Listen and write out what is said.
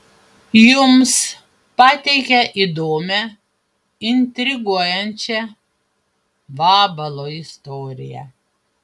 jums pateikia įdomią intriguojančią vabalo istoriją